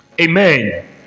Amen